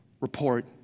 report